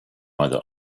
either